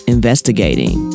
Investigating